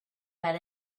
had